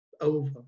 over